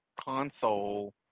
console